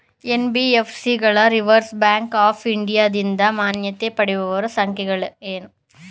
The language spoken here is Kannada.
ಎನ್.ಬಿ.ಎಫ್.ಸಿ ಗಳು ರಿಸರ್ವ್ ಬ್ಯಾಂಕ್ ಆಫ್ ಇಂಡಿಯಾದಿಂದ ಮಾನ್ಯತೆ ಪಡೆದಿರುವ ಸಂಸ್ಥೆಗಳೇ?